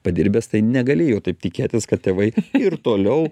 padirbęs tai negali jau taip tikėtis kad tėvai ir toliau